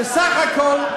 שסך הכול,